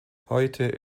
heute